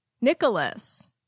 Nicholas